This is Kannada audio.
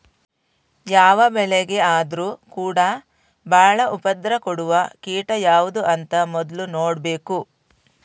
ಯಾವ ಬೆಳೆಗೆ ಆದ್ರೂ ಕೂಡಾ ಬಾಳ ಉಪದ್ರ ಕೊಡುವ ಕೀಟ ಯಾವ್ದು ಅಂತ ಮೊದ್ಲು ನೋಡ್ಬೇಕು